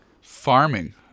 farming